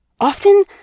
Often